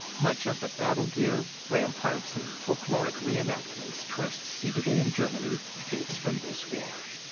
much of the battle gear, ramparts, and folkloric reenactments tourists see today in germany dates from this war.